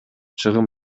чыгым